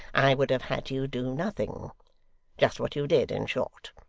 i would have had you do nothing just what you did, in short.